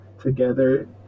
Together